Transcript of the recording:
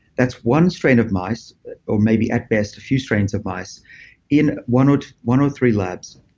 that's one strain of mice or maybe at best few strains of mice in one or one or three labs.